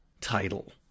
title